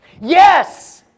Yes